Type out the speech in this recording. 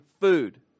food